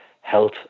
health